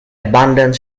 abundant